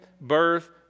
birth